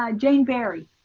ah jane barry.